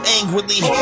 angrily